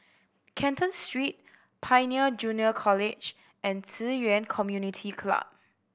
Canton Street Pioneer Junior College and Ci Yuan Community Club